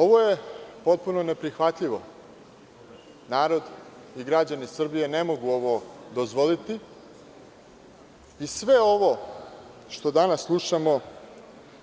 Ovo je potpuno neprihvatljivo, narod i građani Srbije ne mogu ovo dozvoliti i sve ovo što danas slušamo